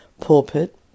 pulpit